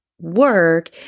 work